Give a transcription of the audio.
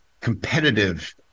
competitive